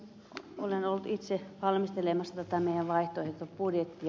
olen ollut itse valmistelemassa tätä meidän vaihtoehtobudjettia